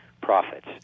profits